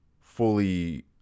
fully